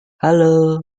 halo